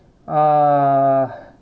ah